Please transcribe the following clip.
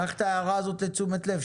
קח את ההערה הזאת לתשומת הלב,